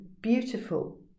beautiful